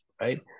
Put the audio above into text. Right